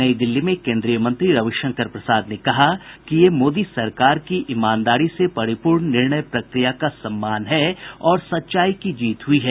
नई दिल्ली में केन्द्रीय मंत्री रविशंकर प्रसाद ने कहा कि ये मोदी सरकार की ईमानदारी से परिपूर्ण निर्णय प्रक्रिया का सम्मान है और सच्चाई की जीत हुई है